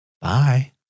Bye